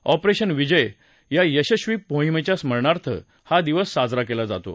operation Vijay या यशस्वी मोहिमेच्या स्मरणार्थ हा दिवस साजरा केला जातो